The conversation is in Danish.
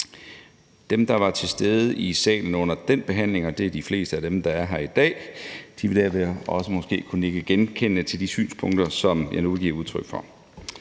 de, der var til stede i salen under behandlingen af det forslag – og det er de fleste af dem, der er her i dag – vil måske også kunne nikke genkendende til de synspunkter, som jeg nu vil give udtryk for.